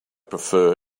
prefer